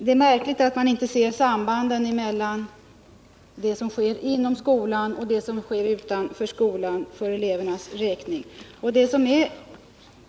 Det är märkligt att man inte ser sambandet för eleverna mellan det som sker inom skolan och det som sker utanför skolan.